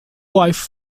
wife